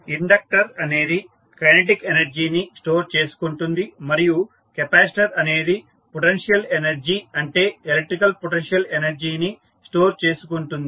inductor అనేది kinetic energy ని store చేసుకుంటుంది మరియు కెపాసిటర్ అనేది పొటెన్షియల్ ఎనర్జీ అంటే ఎలక్ట్రికల్ పొటెన్షియల్ ఎనర్జీ ని స్టోర్ చేసుకుంటుంది